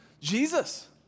Jesus